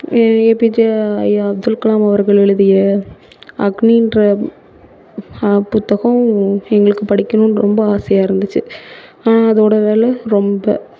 APJ ஐயா அப்துல் கலாம் அவர்கள் எழுதிய அக்னின்ற புத்தகம் எங்களுக்கு படிக்கணும்ன்னு ரொம்ப ஆசையாக இருந்துச்சு ஆனால் அதோடய வெலை ரொம்ப